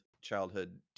childhood